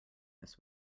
this